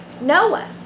Noah